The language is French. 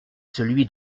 celui